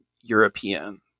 European